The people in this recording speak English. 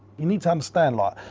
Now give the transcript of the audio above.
you need to understand, like,